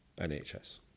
NHS